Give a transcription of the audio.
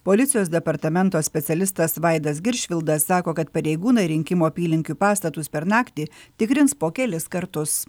policijos departamento specialistas vaidas giršvildas sako kad pareigūnai rinkimų apylinkių pastatus per naktį tikrins po kelis kartus